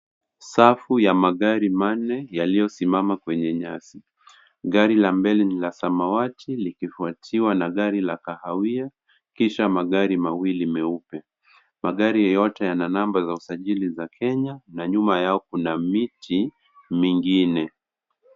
Safu ya magari manne, yaliyosimama kwenye nyasi. Gari la mbele, ni la samawati likifuatiwa na gari la kahawia, kisha magari mawili meupe. Magari yote yana namba za usajili wa Kenya na nyuma yao, kuna miti mingine.